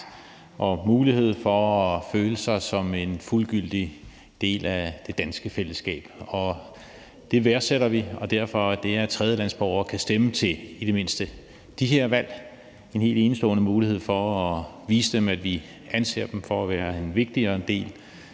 og mulighed for at føle sig som en fuldgyldig del af det danske fællesskab. Det værdsætter vi. Derfor er det, at tredjelandsborgere kan stemme til i det mindste de her valg, en helt enestående mulighed for at vise dem, at vi anser dem for at være en vigtig del